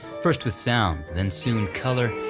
first with sound, then soon color,